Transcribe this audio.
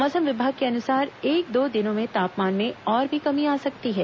मौसम विभाग के अनुसार एक दो दिनों में तापमान में और भी कमी आ सकती है